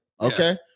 okay